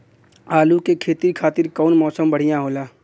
आलू के खेती खातिर कउन मौसम बढ़ियां होला?